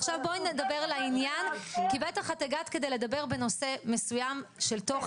עכשיו בואי נדבר לעניין כי בטח הגעת לדבר בנושא של תוכן.